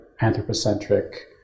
anthropocentric